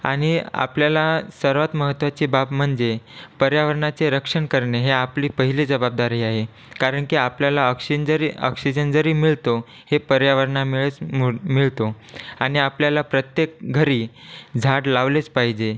आणि आपल्याला सर्वात महत्वाची बाब म्हणजे पर्यावरणाचे रक्षण करणे ही आपली पहिली जबाबदारी आहे कारण की आपल्याला ऑक्सीजरी ऑक्सीजन जरी मिळतो हे पर्यावरणामुळेच मुळ मिळतो आणि आपल्याला प्रत्येक घरी झाड लावलेच पाहिजे